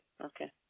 Okay